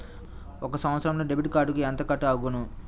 ఒక సంవత్సరంలో డెబిట్ కార్డుకు ఎంత కట్ అగును?